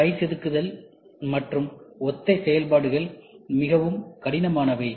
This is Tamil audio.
கை செதுக்குதல் மற்றும் ஒத்த செயல்பாடுகள் மிகவும் கடினமானவை